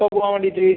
എപ്പം പോവാൻ വേണ്ടീട്ട്